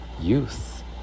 youth